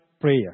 prayer